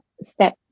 step